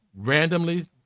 randomly